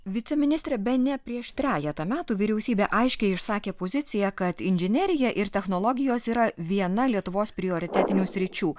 viceministre bene prieš trejetą metų vyriausybė aiškiai išsakė poziciją kad inžinerija ir technologijos yra viena lietuvos prioritetinių sričių